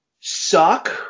suck